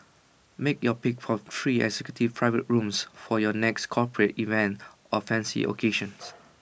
make your pick from three executive private rooms for your next corporate event or fancy occasions